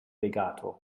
legato